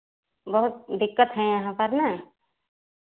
बहुत दिक्कत है यहाँ पर ना